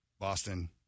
Boston